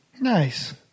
Nice